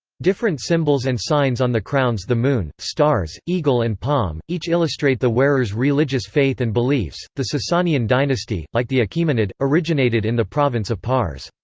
different symbols and signs on the crowns-the moon, stars, eagle and palm, each illustrate the wearer's religious faith and beliefs the sasanian dynasty, like the achaemenid, originated in the province of pars.